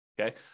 okay